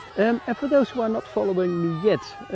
um and for those who are not following me yet,